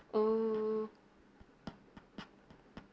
oo